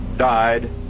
died